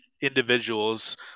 individuals